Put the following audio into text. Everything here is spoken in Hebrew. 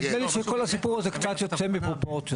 נדמה לי שכל הסיפור הזה קצת יוצא מפרופורציות.